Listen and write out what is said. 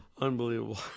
Unbelievable